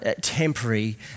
temporary